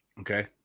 Okay